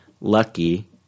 Lucky